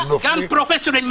גם פרופסורים,